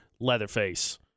leatherface